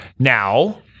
Now